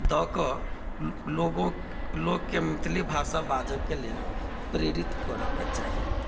दऽकऽ लोकके मैथिली भाषा बाजऽके लेल प्रेरित करऽके चाही